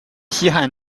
西汉